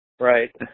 Right